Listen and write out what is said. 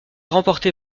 remportée